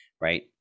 right